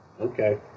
Okay